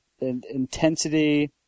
intensity